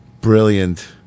brilliant